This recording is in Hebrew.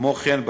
כמו כן,